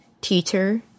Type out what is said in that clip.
teacher